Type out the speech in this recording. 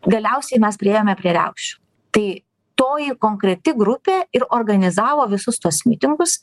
galiausiai mes priėjome prie riaušių tai toji konkreti grupė ir organizavo visus tuos mitingus